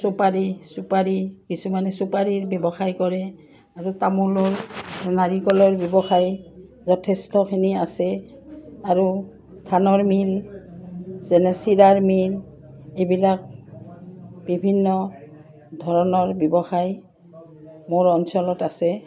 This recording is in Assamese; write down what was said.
ছুপাৰী চুপাৰী কিছুমানে ছুপাৰীৰ ব্যৱসায় কৰে আৰু তামোলৰ নাৰিকলৰ ব্যৱসায় যথেষ্টখিনি আছে আৰু ধানৰ মিল যেনে চিৰাৰ মিল এইবিলাক বিভিন্ন ধৰণৰ ব্যৱসায় মোৰ অঞ্চলত আছে